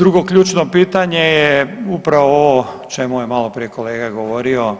Drugo ključno pitanje je upravo ovo o čemu je maloprije kolega govorio